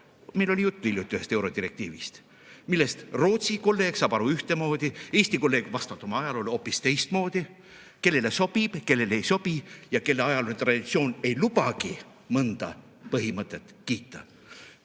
meil oli juttu hiljuti ühest eurodirektiivist –, millest Rootsi kolleeg saab aru ühtemoodi, Eesti kolleeg vastavalt oma ajaloole hoopis teistmoodi. Kellele sobib, kellele ei sobi ja kelle ajalooline traditsioon ei lubagi mõnda põhimõtet kiita.